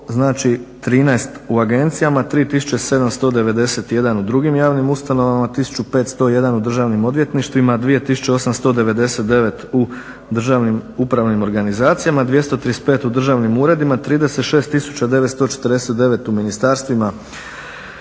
13 u agencijama, 3791 u drugim javnim ustanovama, 1501 u državnim odvjetništvima, 2899 u državnim upravnim organizacijama, 235 u državnim uredima, 36 949 u ministarstvima,